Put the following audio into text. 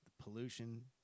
pollution